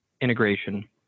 integration